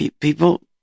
people